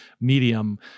medium